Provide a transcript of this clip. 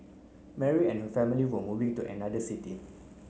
Mary and her family were moving to another city